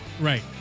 right